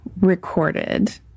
recorded